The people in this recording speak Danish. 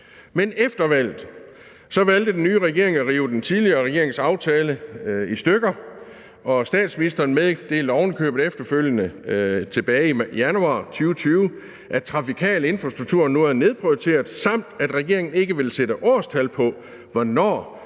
Men efter valget valgte den nye regering at rive den tidligere regerings aftale i stykker, og statsministeren meddelte ovenikøbet efterfølgende tilbage i januar 2020, at trafikal infrastruktur nu er nedprioriteret, samt at regeringen ikke vil sætte årstal på, hvornår